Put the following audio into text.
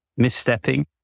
misstepping